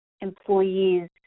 employees